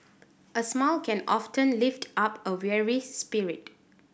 a smile can often lift up a weary spirit